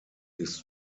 ist